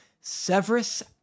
Severus